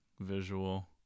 visual